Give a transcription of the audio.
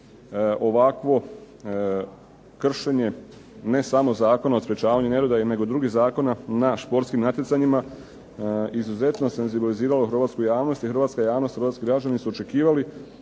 ovakvo kršenje ne samo Zakona o sprečavanju nereda nego i drugih Zakona na športskim natjecanjima izuzetno senzibiliziralo Hrvatsku javnost i Hrvatska javnost i Hrvatski građani su očekivali